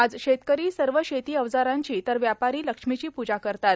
आज शेतकरो सव शेती अवजारांची तर व्यापारां लक्ष्मीची पूजा करतात